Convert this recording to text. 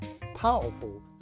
powerful